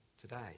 today